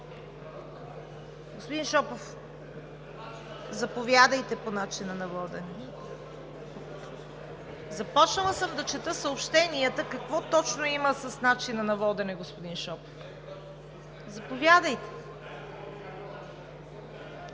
Господин Шопов, заповядайте по начина на водене. Започнала съм да чета съобщенията, какво точно има с начина на водене, господин Шопов? Заповядайте.